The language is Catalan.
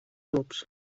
clubs